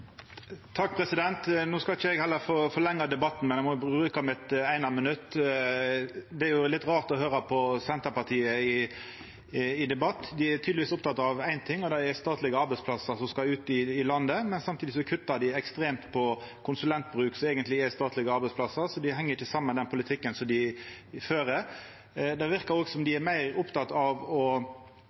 No skal heller ikkje eg forlengja debatten, men eg må bruka mitt eine minutt. Det er litt rart å høyra på Senterpartiet i debatt. Dei er tydelegvis opptekne av éin ting, og det er statlege arbeidsplassar som skal ut i landet, men samtidig kuttar dei ekstremt på konsulentbruk, som eigentleg er statlege arbeidsplassar. Så den heng ikkje saman, den politikken dei fører. Det verkar òg som om dei er